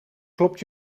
klopt